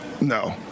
No